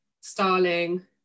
Starling